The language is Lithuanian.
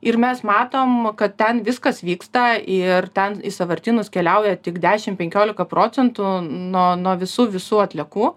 ir mes matom kad ten viskas vyksta ir ten į sąvartynus keliauja tik dešim penkiolika procentų nuo nuo visų visų atliekų